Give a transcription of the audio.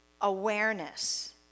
awareness